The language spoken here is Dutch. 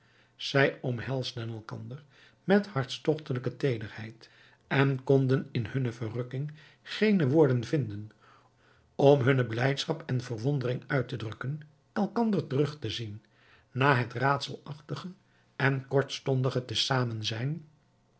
zij omhelsden elkander met hartstogtelijke teederheid en konden in hunne verrukking geene woorden vinden om hunne blijdschap en verwondering uit te drukken elkander terug te zien na het raadselachtige en kortstondige te zamen